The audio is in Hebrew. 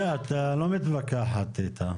בסדר, את לא מתווכחת איתה.